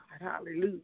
hallelujah